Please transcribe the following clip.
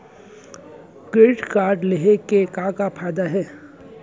Credit card लेहे के का का फायदा हे?